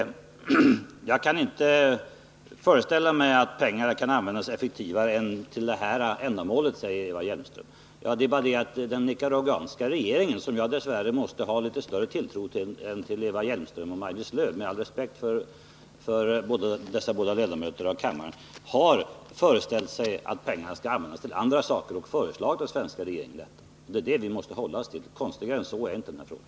Jag kan inte föreställa mig att pengarna kan användas effektivare än till det här ändamålet, säger Eva Hjelmström. Ja, det är bara det att den nicaraguanska regeringen, som jag har litet större tilltro till än till Eva Hjelmström och Maj-Lis Lööw — med all respekt för dessa båda ledamöter av kammaren — har föreställt sig att pengarna skall användas till andra saker och föreslagit den svenska regeringen detta. Det är det vi måste hålla oss till — konstigare än så är inte den här frågan.